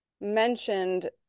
mentioned